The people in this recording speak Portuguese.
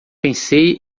pensei